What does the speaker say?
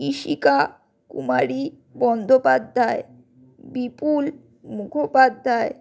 Ishika Kumari Bandyopadhyay Bipul Mukhopadhyay